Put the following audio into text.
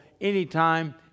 anytime